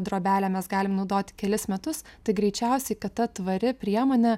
drobelę mes galim naudoti kelis metus tai greičiausiai kad ta tvari priemonė